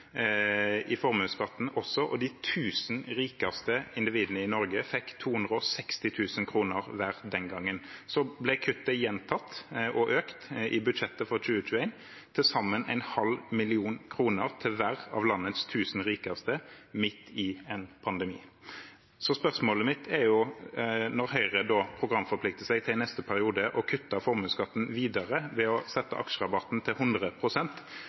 også i formuesskatten, og de 1 000 rikeste individene i Norge fikk den gangen 260 000 kr hver. Så ble kuttet gjentatt og økt i budsjettet for 2021, til sammen 0,5 mill. kr til hver av landets 1 000 rikeste – midt i en pandemi. Spørsmålet mitt er: Når Høyre i neste periode programforplikter seg til videre å kutte formuesskatten ved å sette aksjerabatten til